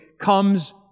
comes